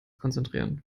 konzentrieren